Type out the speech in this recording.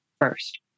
First